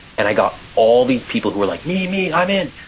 and i got all these people who were like, me, me. i'm in.